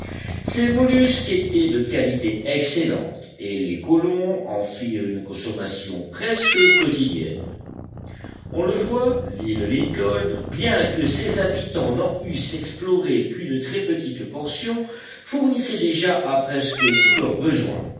ces mollusques étaient de qualité excellente et les colons en firent une consommation presque quotidienne on le voit l'île lincoln bien que ses habitants n'en eussent exploré qu'une très petite portion fournissait déjà à presque tous leurs besoins